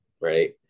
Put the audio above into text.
Right